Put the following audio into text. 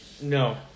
No